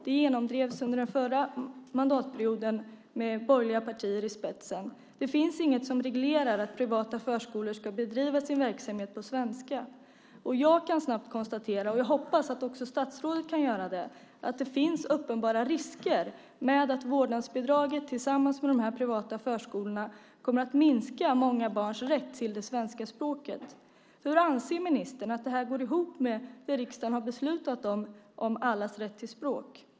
Det genomdrevs under den förra mandatperioden med borgerliga partier i spetsen. Det finns inget som reglerar att privata förskolor ska bedriva sin verksamhet på svenska. Jag kan snabbt konstatera, och jag hoppas att också statsrådet kan göra det, att det finns uppenbara risker med att vårdnadsbidraget tillsammans med de här privata förskolorna kommer att minska många barns rätt till det svenska språket. Hur anser ministern att det här går ihop med det riksdagen har beslutat om allas rätt till språk?